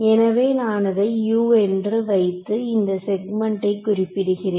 எனவே நான் இதை 'U' என்று வைத்து இந்தப் செக்மென்ட்டை குறிப்பிடுகிறேன்